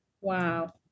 Wow